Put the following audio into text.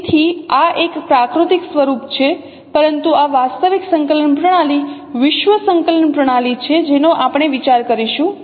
તેથી આ એક પ્રાકૃતિક સ્વરૂપ છે પરંતુ આ વાસ્તવિક સંકલન પ્રણાલી વિશ્વ સંકલન પ્રણાલી છે જેનો આપણે વિચાર કરીશું